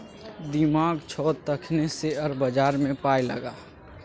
दिमाग छौ तखने शेयर बजारमे पाय लगा